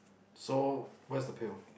so where is the pill